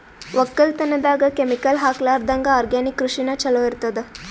ಒಕ್ಕಲತನದಾಗ ಕೆಮಿಕಲ್ ಹಾಕಲಾರದಂಗ ಆರ್ಗ್ಯಾನಿಕ್ ಕೃಷಿನ ಚಲೋ ಇರತದ